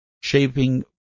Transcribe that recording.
shaping